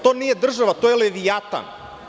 To nije država, to je levijata.